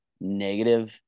negative